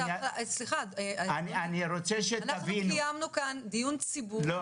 לא כאיום -- אנחנו קיימנו כאן דיון ציבורי מאוד מעמיק -- אבל